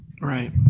Right